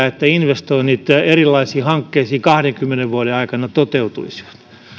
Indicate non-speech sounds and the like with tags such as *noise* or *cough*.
*unintelligible* että investoinnit erilaisiin hankkeisiin kahdenkymmenen vuoden aikana toteutuisivat